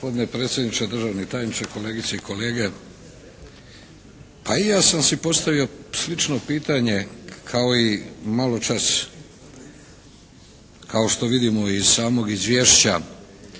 Gospodine predsjedniče, državni tajniče, kolegice i kolege! Pa i ja sam si postavio slično pitanje kao i maločas kao što vidimo i iz samog izvješća